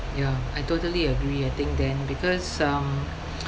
ya I totally agree I think dan because um